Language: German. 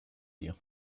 dir